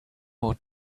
more